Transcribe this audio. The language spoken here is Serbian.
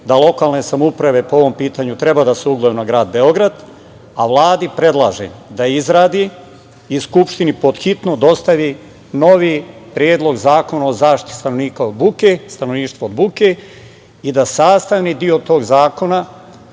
da lokalne samouprave po ovom pitanju treba da se ugledaju na grad Beograd. Vladi predlažem da izradi i Skupštini hitno dostavi novi predlog zakona o zaštiti stanovništva od buke i da sastavni deo tog zakona